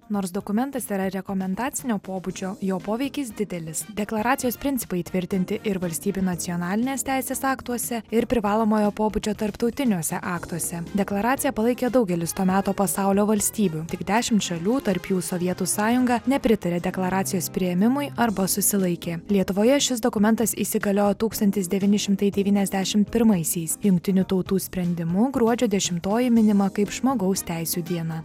nors dokumentas yra rekomendacinio pobūdžio jo poveikis didelis deklaracijos principai įtvirtinti ir valstybių nacionalinės teisės aktuose ir privalomojo pobūdžio tarptautiniuose aktuose deklaraciją palaikė daugelis to meto pasaulio valstybių tik dešimt šalių tarp jų sovietų sąjunga nepritarė deklaracijos priėmimui arba susilaikė lietuvoje šis dokumentas įsigaliojo tūkstantis devyni šimtai devyniasdešimt pirmaisiais jungtinių tautų sprendimu gruodžio dešimtoji minima kaip žmogaus teisių diena